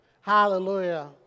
Hallelujah